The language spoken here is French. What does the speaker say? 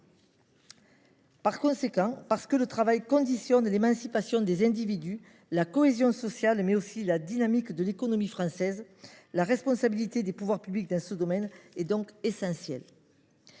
Par conséquent, parce que le travail conditionne l’émancipation des individus et la cohésion sociale, mais aussi la dynamique de l’économie française, la responsabilité des pouvoirs publics dans ce domaine est essentielle.